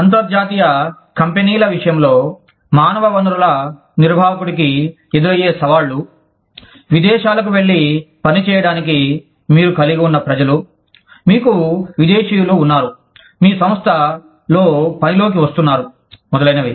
అంతర్జాతీయ కంపనీల విషయంలో మానవ వనరుల నిర్వాహకుడికి ఎదురయ్యే సవాళ్ళు విదేశాలకు వెళ్ళి పని చేయడానికి మీరు కలిగి ఉన్న ప్రజలు మీకు విదేశీయులు ఉన్నారు మీ సంస్థలో పనిలోకి వస్తున్నారు మొదలైనవి